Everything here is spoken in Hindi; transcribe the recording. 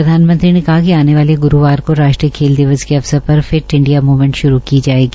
प्रधानमंत्री ने कहा कि आने वाले गुरूवार को राश्ट्रीय खेल दिवस के अवसर पर फिट ईडिया मूमेंट भारू की जाएगी